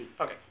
Okay